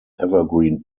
evergreen